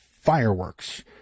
fireworks